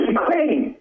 Ukraine